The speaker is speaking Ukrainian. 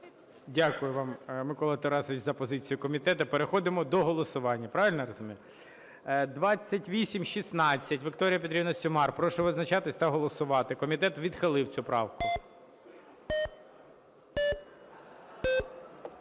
Дякую вам, Микола Тарасович, за позицію комітету. Переходимо до голосування. Правильно я розумію? 2816, Вікторія Петрівна Сюмар. Прошу визначатись та голосувати. Комітет відхилив цю правку.